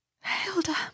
hilda